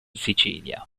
sicilia